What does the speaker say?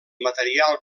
material